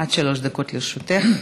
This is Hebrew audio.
עד שלוש דקות לרשותך.